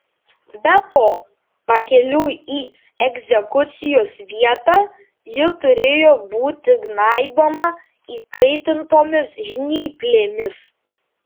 be to pakeliui į egzekucijos vietą ji turėjo būti gnaiboma įkaitintomis žnyplėmis